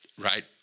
right